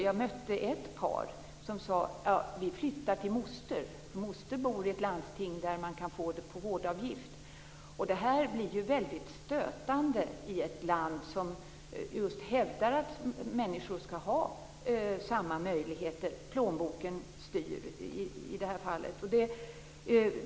Jag mötte ett par som sade: Vi flyttar till moster, för moster bor i ett landsting där man kan få det på vårdavgift. Det här blir ju väldigt stötande i ett land som just hävdar att människor skall ha samma möjligheter. Plånboken styr i det här fallet.